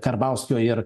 karbauskio ir